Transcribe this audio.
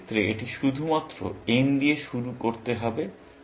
এই ক্ষেত্রে এটি শুধুমাত্র n দিয়ে শুরু করতে হবে